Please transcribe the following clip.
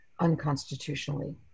unconstitutionally